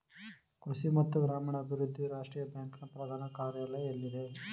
ಕೃಷಿ ಮತ್ತು ಗ್ರಾಮೀಣಾಭಿವೃದ್ಧಿ ರಾಷ್ಟ್ರೀಯ ಬ್ಯಾಂಕ್ ನ ಪ್ರಧಾನ ಕಾರ್ಯಾಲಯ ಎಲ್ಲಿದೆ?